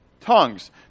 Tongues